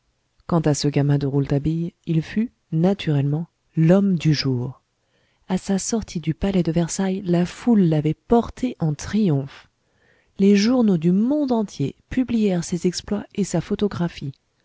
quant à ce gamin de rouletabille il fut naturellement l'homme du jour à sa sortie du palais de versailles la foule l'avait porté en triomphe les journaux du monde entier publièrent ses exploits et sa photographie